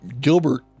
Gilbert